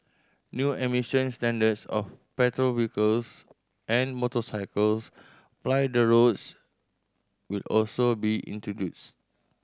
new emission standards of petrol vehicles and motorcycles ply the roads will also be introduced